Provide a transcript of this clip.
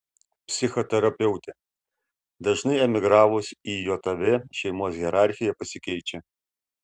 psichoterapeutė dažnai emigravus į jav šeimos hierarchija pasikeičia